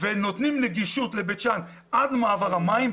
ונותנים נגישות לבית שאן עד למעבר המים,